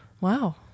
Wow